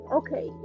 okay